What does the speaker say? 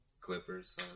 Clippers